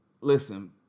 listen